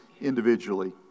individually